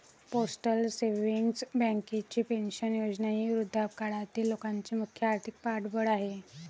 postal savings बँकेची pension योजना ही वृद्धापकाळातील लोकांचे मुख्य आर्थिक पाठबळ आहे